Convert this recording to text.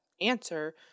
answer